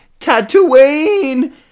Tatooine